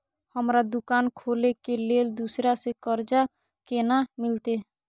हमरा दुकान खोले के लेल दूसरा से कर्जा केना मिलते?